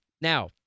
now